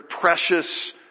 precious